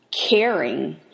caring